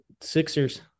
Sixers